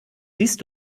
siehst